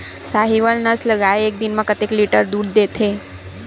साहीवल नस्ल गाय एक दिन म कतेक लीटर दूध देथे?